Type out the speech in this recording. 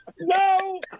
No